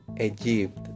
Egypt